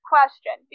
Question